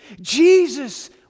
Jesus